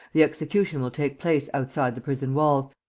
the execution will take place outside the prison-walls,